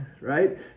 right